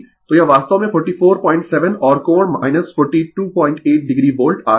तो यह वास्तव में 447 और कोण 428 o वोल्ट आ रहा है